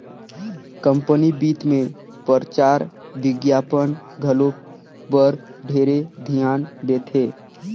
company बित मे परचार बिग्यापन घलो बर ढेरे धियान देथे